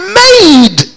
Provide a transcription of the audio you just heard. made